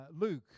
Luke